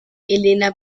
elena